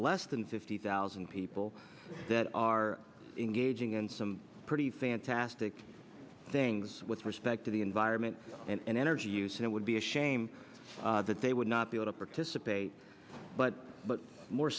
less than fifty thousand people that are engaging in some pretty fantastic things with respect to the environment and energy use and it would be a shame that they would not be able to participate but